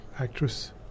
actress